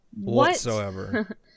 whatsoever